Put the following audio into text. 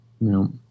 No